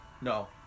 no